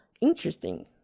interesting